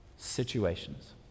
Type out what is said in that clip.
situations